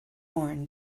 horn